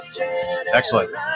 Excellent